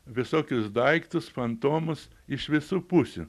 visokius daiktus fantomus iš visų pusių